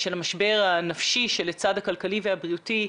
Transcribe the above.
המשבר החברתי נפשי שחווה החברה הישראלית,